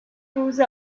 روز